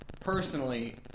personally